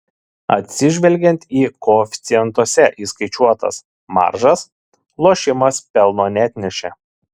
atsižvelgiant į koeficientuose įskaičiuotas maržas lošimas pelno neatnešė